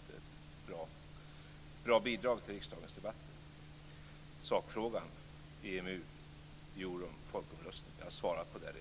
Tack för ett bra bidrag till riksdagens debatter! Sakfrågan om EMU, euron och folkomröstningen har jag redan svarat på. Det